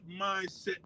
mindset